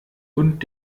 und